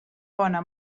bona